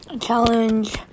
challenge